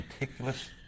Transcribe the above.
meticulous